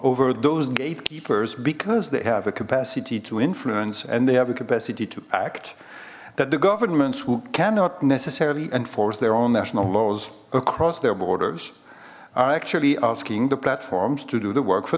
over those gatekeepers because they have a capacity to influence and they have a capacity to act that the government's who cannot necessarily enforce their own national laws across their borders are actually asking the platform's to do the work for